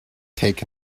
take